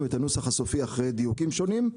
את הנוסח הסופי אחרי דיוקים שונים,